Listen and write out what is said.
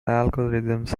algorithms